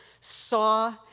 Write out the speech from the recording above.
saw